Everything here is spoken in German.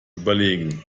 überlegen